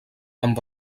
amb